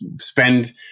spend